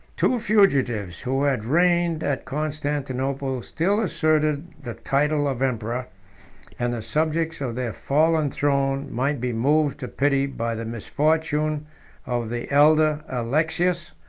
two fugitives, who had reigned at constantinople, still asserted the title of emperor and the subjects of their fallen throne might be moved to pity by the misfortunes of the elder alexius,